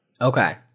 Okay